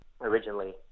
originally